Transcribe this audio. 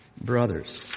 brothers